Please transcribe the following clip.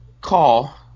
Call